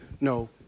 no